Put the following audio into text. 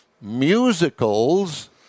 musicals